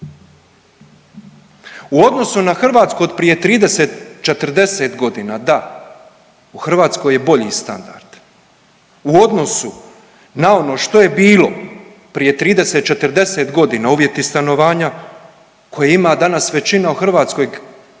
U odnosu na Hrvatsku od prije 30-40.g. da u Hrvatskoj je bolji standard, u odnosu na ono što je bilo prije 30-40.g. uvjeti stanovanja koje ima danas većina u Hrvatskoj